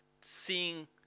seeing